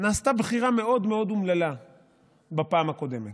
נעשתה בחירה מאוד מאוד אומללה בפעם הקודמת,